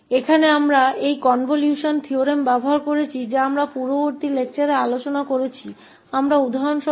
यहाँ हमने इस कनवल्शन प्रमेय का उपयोग किया है जिसकी चर्चा हम पिछले व्याख्यान में कर चुके हैं